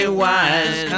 wise